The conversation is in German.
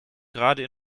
gerade